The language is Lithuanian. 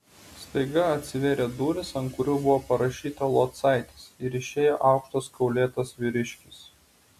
staiga atsivėrė durys ant kurių buvo parašyta locaitis ir išėjo aukštas kaulėtas vyriškis